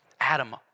Adam